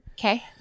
Okay